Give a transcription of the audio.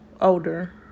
older